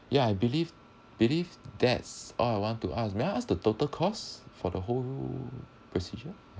ya I believe believe that's all I want to ask may I ask the total costs for the whole procedure